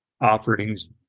offerings